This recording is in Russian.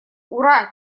ура